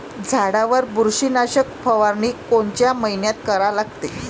झाडावर बुरशीनाशक फवारनी कोनच्या मइन्यात करा लागते?